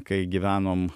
kai gyvenom